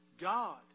God